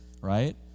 right